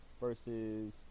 versus